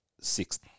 sixth